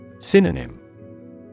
Synonym